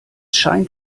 scheint